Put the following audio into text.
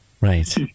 Right